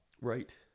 right